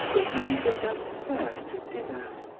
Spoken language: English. or will you go downstairs to dinner?